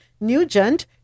Nugent